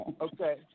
Okay